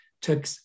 took